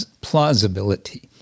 plausibility